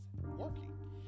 working